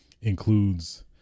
includes